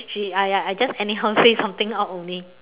she !aiya! I just anyhow say something out only